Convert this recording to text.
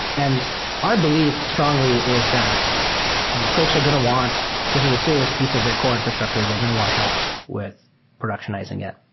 and our belief strongly is that you know folks are going to want this is a serious piece of their core infrastructure. they're going to want help with productionizing it.